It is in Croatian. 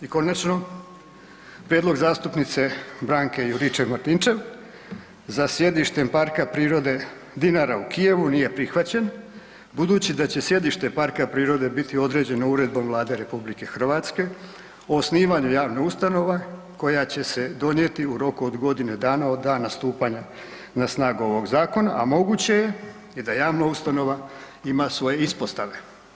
I konačno, prijedlog zastupnice Branke Juričev-Martinčev za sjedištem PP Dinara u Kijevu nije prihvaćen budući da će sjedište parka prirode biti određeno Uredbom Vlade RH o osnivanju javne ustanove koja će se donijeti u roku od godine dana od dana stupanja na snagu ovog zakona, a moguće je i da javna ustanova ima svoje ispostave.